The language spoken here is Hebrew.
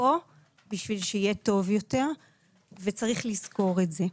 פה בשביל שיהיה טוב יותר וצריך לזכור את זה.